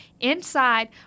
inside